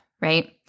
right